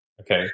Okay